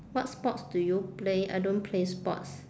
what sports do you play I don't play sports